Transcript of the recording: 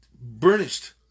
burnished